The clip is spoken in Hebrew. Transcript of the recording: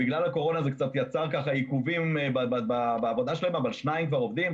בגלל הקורונה נוצרו עיכובים בעבודה שלהם אבל שניים כבר עובדים,